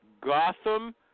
Gotham